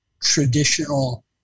traditional